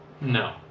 No